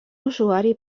usuari